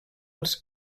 als